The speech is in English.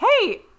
hey